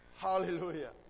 Hallelujah